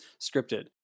scripted